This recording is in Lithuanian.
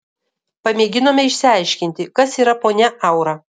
pamėginome išsiaiškinti kas yra ponia aura